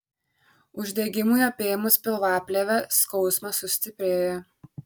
uždegimui apėmus pilvaplėvę skausmas sustiprėja